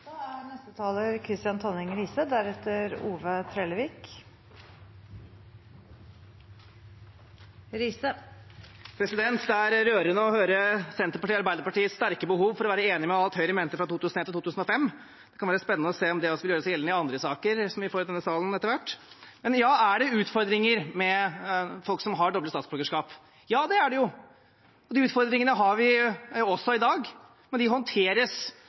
Det er rørende å høre Senterpartiets og Arbeiderpartiets sterke behov for å være enig i alt Høyre mente fra 2001 til 2005. Det kan være spennende å se om det også vil gjøre seg gjeldende i andre saker vi får i denne salen etter hvert. Er det utfordringer med folk som har dobbelt statsborgerskap? Ja, det er det jo. De utfordringene har vi også i dag, men de håndteres